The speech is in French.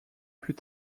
plus